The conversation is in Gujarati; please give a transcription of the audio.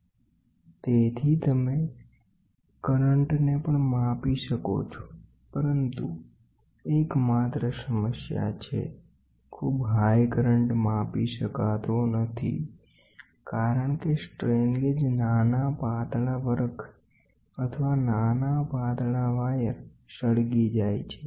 તો આપણે કરંટને પણ માપી શકીએ છીએ પરંતુ એક માત્ર સમસ્યા કરંટ છે ખૂબ ઉંચો કરંટ માપી શકાતો નથી કારણ કે સ્ટ્રેન ગેજનો નાનો પાતળો વરખ અથવા નાના પાતળા વાયર સળગી જાય છે